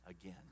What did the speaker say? again